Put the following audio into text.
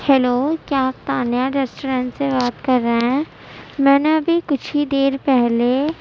hello کیا آپ Tania restaurant سے بات کر رہے ہیں میں نے ابھی کچھ ہی دیر پہلے